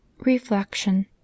reflection